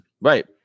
Right